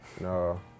No